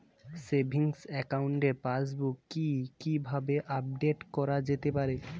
Savings একাউন্টের passbook কি কিভাবে আপডেট করা যেতে পারে?